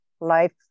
life